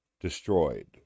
destroyed